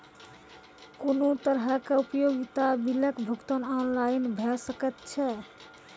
कुनू तरहक उपयोगिता बिलक भुगतान ऑनलाइन भऽ सकैत छै?